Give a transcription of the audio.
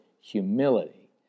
humility